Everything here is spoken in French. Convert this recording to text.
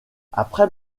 après